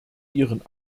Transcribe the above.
ihren